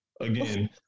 again